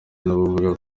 n’abavuga